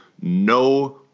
no